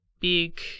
big